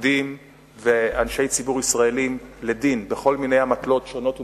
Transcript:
מפקדים ואנשי ציבור ישראלים לדין בכל מיני אמתלות שונות ומשונות,